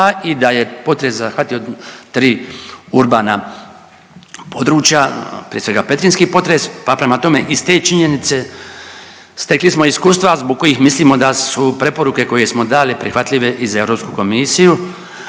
i da je potez zahvatio tri urbana područja, prije svega petrinjski potres, pa prema tome iz te činjenice stekli smo iskustva zbog kojih mislimo da su preporuke koje smo dali prihvatljive i za Europsku komisiju,